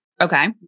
Okay